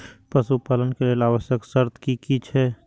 पशु पालन के लेल आवश्यक शर्त की की छै?